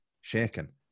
shaken